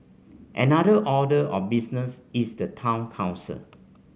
another order of business is the town council